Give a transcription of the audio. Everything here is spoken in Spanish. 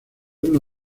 una